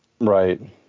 right